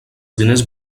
diners